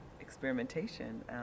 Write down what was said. experimentation